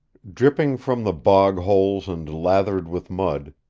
dripping from the bog-holes and lathered with mud,